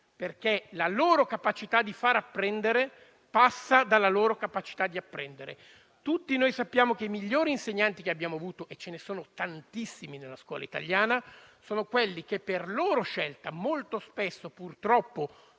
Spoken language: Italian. perché la loro capacità di far apprendere passa dalla loro capacità di apprendere. Tutti sappiamo che i migliori insegnanti che abbiamo avuto - ce ne sono tantissimi nella scuola italiana - sono quelli che per loro scelta - molto spesso, bisogna